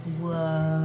Whoa